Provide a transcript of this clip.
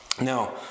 Now